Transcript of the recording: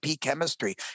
chemistry